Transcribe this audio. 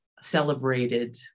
celebrated